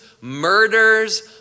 murders